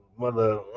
Mother